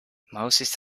moses